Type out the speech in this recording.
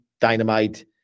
Dynamite